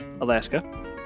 Alaska